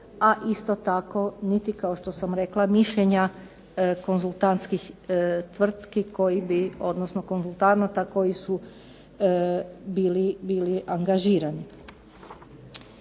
a isto tako niti kao što sam rekla mišljenja konzultantskih tvrtki koji bi, odnosno konzultanata koji su bili angažirani.